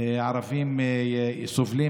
(אומר בערבית: בלי ירי ובלי שום סוג של